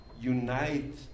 unite